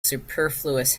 superfluous